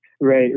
Right